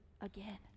again